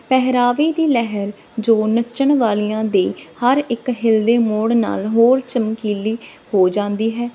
ਪਹਿਰਾਵੇ ਦੀ ਲਹਿਰ ਜੋ ਨੱਚਣ ਵਾਲੀਆਂ ਦੀ ਹਰ ਇੱਕ ਹਿਲਦੇ ਮੋੜ ਨਾਲ ਹੋਰ ਚਮਕੀਲੀ ਹੋ ਜਾਂਦੀ ਹੈ